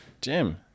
Jim